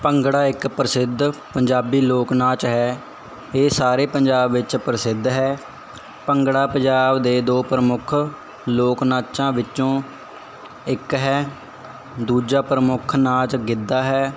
ਭੰਗੜਾ ਇੱਕ ਪ੍ਰਸਿੱਧ ਪੰਜਾਬੀ ਲੋਕ ਨਾਚ ਹੈ ਇਹ ਸਾਰੇ ਪੰਜਾਬ ਵਿੱਚ ਪ੍ਰਸਿੱਧ ਹੈ ਭੰਗੜਾ ਪੰਜਾਬ ਦੇ ਦੋ ਪ੍ਰਮੁੱਖ ਲੋਕ ਨਾਚਾਂ ਵਿੱਚੋਂ ਇੱਕ ਹੈ ਦੂਜਾ ਪ੍ਰਮੁੱਖ ਨਾਚ ਗਿੱਧਾ ਹੈ